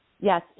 Yes